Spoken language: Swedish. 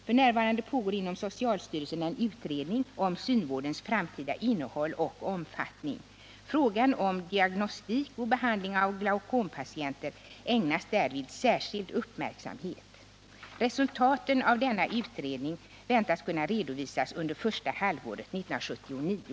F. n. pågår inom socialstyrelsen en utredning om synvårdens framtida innehåll och omfattning. Frågan om diagnostik och behandling av glaucompatienter ägnas därvid särskild uppmärksamhet. Resultaten av denna utredning väntas kunna redovisas under första halvåret 1979.